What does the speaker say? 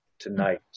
Tonight